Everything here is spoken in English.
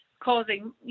causing